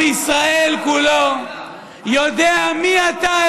עם ישראל כולו יודע מי אתה,